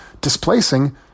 displacing